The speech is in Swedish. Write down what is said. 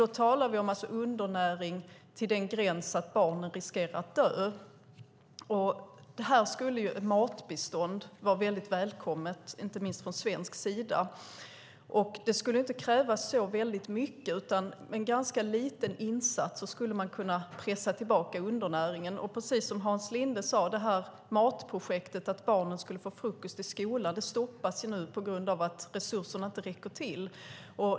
Vi talar om undernäring till den gräns att barnen riskerar att dö. Här skulle matbistånd vara välkommet, inte minst från svensk sida. Det skulle inte krävas så mycket. Med en ganska liten insats kan undernäringen pressas tillbaka. Precis som Hans Linde sade stoppas nu matprojektet - att barnen får frukost i skolan - på grund av att resurserna inte räcker till.